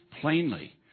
plainly